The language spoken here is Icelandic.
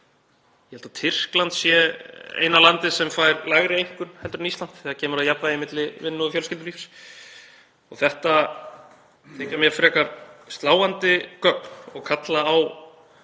Ég held að Tyrkland sé eina landið sem fær lægri einkunn en Ísland þegar kemur að jafnvægi milli vinnu og fjölskyldulífs. Þetta þykja mér frekar sláandi gögn og kalla á